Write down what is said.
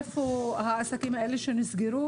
היכן העסקים האלה שנסגרו?